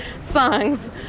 songs